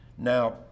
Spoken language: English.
Now